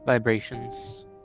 vibrations